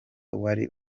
wari